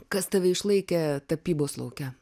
kas tave išlaikė tapybos lauke